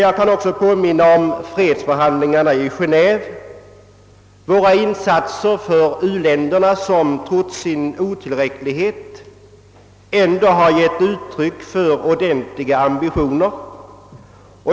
Jag kan också påminna om fredsförhandlingarna i Geneve och om våra insatser för u-länderna, som trots sin otillräcklighet ändå har givit uttryck för ordentliga ambitioner.